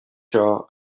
seo